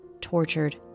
tortured